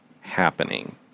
happening